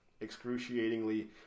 excruciatingly